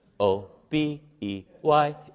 O-B-E-Y